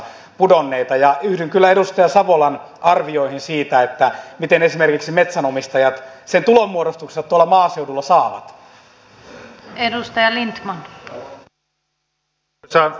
yhdyn kyllä edustaja savolan arvioihin siitä miten esimerkiksi metsänomistajat sen tulonmuodostuksensa tuolla maaseudulla saavat